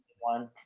one